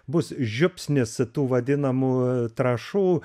bus žiupsnis tų vadinamų trąšų